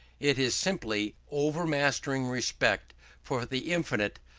it is simply overmastering respect for the infinite.